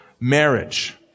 marriage